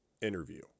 Interview